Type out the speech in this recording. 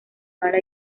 bala